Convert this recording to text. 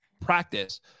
practice